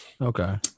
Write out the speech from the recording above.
okay